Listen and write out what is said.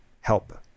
help